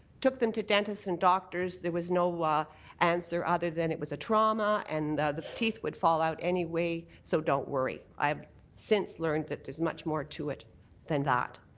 took them to dentists and doctors, there was no answer other than it was a trauma and the teeth would fall out anyway so don't worry. i've since learned that there's much more to it than that.